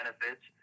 benefits